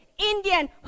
Indian